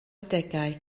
adegau